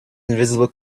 invisible